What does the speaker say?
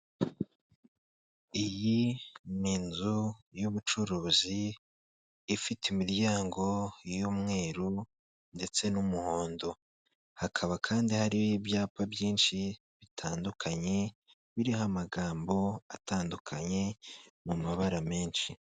Iyi ni inzu y'ubucuruzi ifite imiryango y'umweru ndetse n'umuhondo, hakaba kandi hari ibyapa byinshi bitandukanye biriho amagambo atandukanye mu mabara menshi.